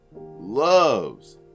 loves